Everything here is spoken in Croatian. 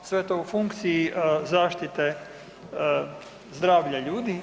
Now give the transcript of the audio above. Sve to u funkciji zaštite zdravlja ljudi.